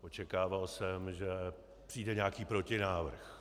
Očekával jsem, že přijde nějaký protinávrh.